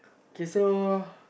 okay so